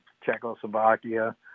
Czechoslovakia